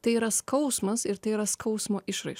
tai yra skausmas ir tai yra skausmo išraiška